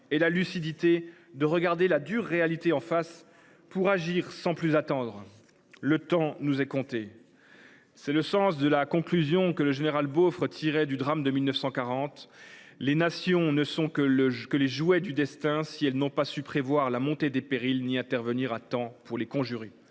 et la lucidité de regarder la dure réalité en face pour agir sans plus attendre : le temps nous est compté. C’est le sens de la conclusion que le général Beaufre tirait du drame de 1940 :« Les nations ne sont que les jouets du destin si elles n’ont pas su prévoir la montée des périls ni intervenir à temps pour les conjurer.